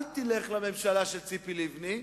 אל תלך לממשלה של ציפי לבני.